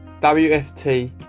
WFT